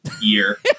year